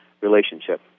relationship